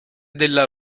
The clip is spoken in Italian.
della